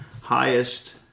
highest